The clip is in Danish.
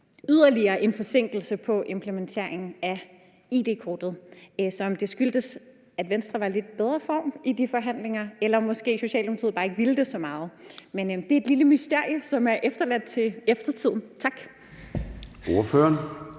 yderligere en forsinkelse på en implementeringen af id-kortet. Så mit spørgsmål var, om det skyldtes, at Venstre var lidt i bedre form i de forhandlinger, eller at Socialdemokratiet måske ikke bare ikke ville det så meget. Det er et lille mysterie, som er efterladt til eftertiden. Tak. Kl.